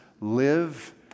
live